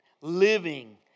Living